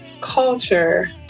culture